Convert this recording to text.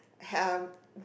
have